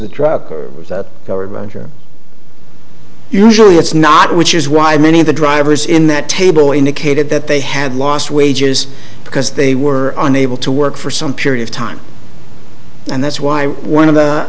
the trucker usually it's not which is why many of the drivers in that table indicated that they had lost wages because they were unable to work for some period of time and that's why one of the